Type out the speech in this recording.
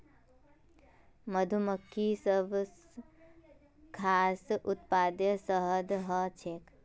मधुमक्खिर सबस खास उत्पाद शहद ह छेक